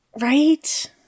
Right